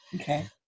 okay